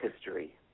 history